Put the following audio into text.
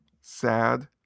Sad